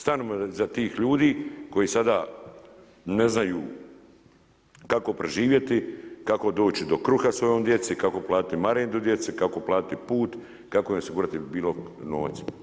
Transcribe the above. Stanimo iza tih ljudi koji sada ne znaju kako preživjeti, kako doći do kruga svojoj djeci, kako plati marendu djeci, kako platiti put, kako osigurati bilo novac.